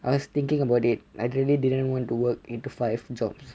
I was thinking about it I really didn't want to work nine to five jobs